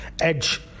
edge